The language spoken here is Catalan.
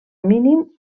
mínim